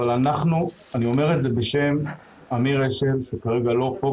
אבל אני אומר את זה בשם אמיר אשל שכרגע לא פה,